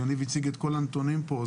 יניב הציג את כל הנתונים פה.